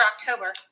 October